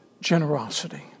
generosity